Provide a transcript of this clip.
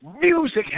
music